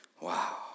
Wow